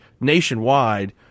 nationwide